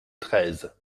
treize